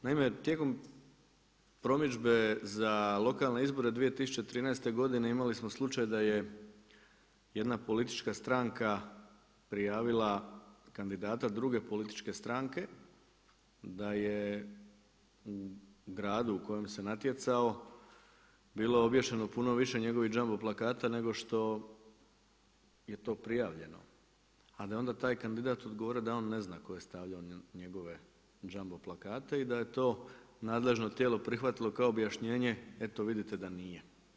Naime tijekom promidžbe za lokalne izbore 2013. godine imali smo slučaj da je jedna politička stranka prijavila kandidata druge političke stranke da je u gradu u kojem se natjecao bilo obješeno puno više njegovih jumbo plakata nego što je to prijavljeno ali onda taj kandidat odgovara da on ne zna tko je stavljao njegove jumbo plakate i da je to nadležno tijelo prihvatilo kao objašnjenje eto vidite da nije.